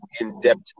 in-depth